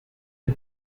and